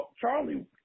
Charlie